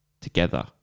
Together